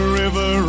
river